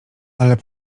ale